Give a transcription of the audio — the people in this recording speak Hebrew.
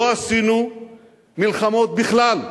לא עשינו מלחמות בכלל.